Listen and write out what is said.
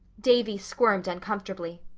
davy squirmed uncomfortably.